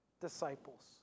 disciples